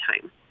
time